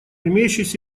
имеющейся